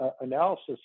analysis